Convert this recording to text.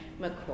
McCoy